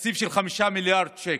בתקציב של 5 מיליארד שקל,